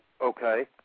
Okay